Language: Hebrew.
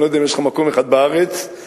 אני לא יודע אם יש לך מקום אחד בארץ שהגידול